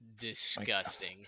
disgusting